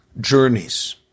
journeys